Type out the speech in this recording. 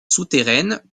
souterraines